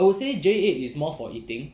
I would say J eight is more for eating